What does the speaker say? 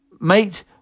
Mate